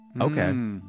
Okay